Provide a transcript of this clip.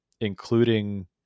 including